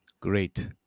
Great